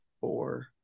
four